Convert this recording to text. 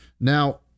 Now